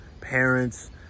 parents